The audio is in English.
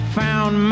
found